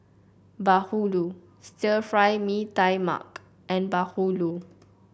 bahulu Stir Fry Mee Tai Mak and bahulu